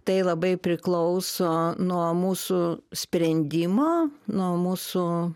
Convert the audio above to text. tai labai priklauso nuo mūsų sprendimo nuo mūsų